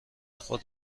خود